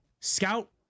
scout